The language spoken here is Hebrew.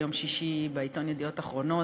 ביום שישי בעיתון "ידיעות אחרונות",